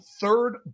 third